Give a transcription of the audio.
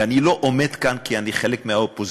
ואני לא עומד כאן כי אני חלק מהאופוזיציה,